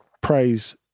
praise